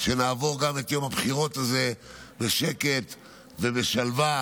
שנעבור גם את יום הבחירות הזה בשקט ובשלווה